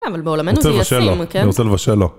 ‫אבל בעולמנו זה ישים, כן? ‫-אני רוצה לבשל לו, אני רוצה לבשל לו.